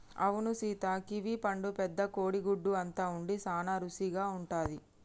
అవును సీత కివీ పండు పెద్ద కోడి గుడ్డు అంత ఉండి సాన రుసిగా ఉంటది